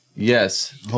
Yes